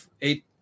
eight